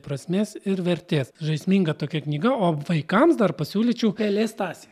prasmės ir vertės žaisminga tokia knyga o vaikams dar pasiūlyčiau pelė stasė